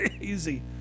easy